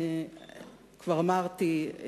כבר אמרתי,